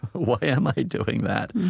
why am i doing that?